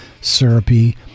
syrupy